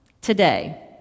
today